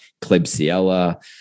Klebsiella